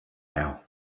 now